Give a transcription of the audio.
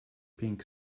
pink